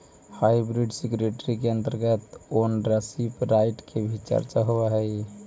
hybrid security के अंतर्गत ownership right के भी चर्चा होवऽ हइ